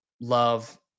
Love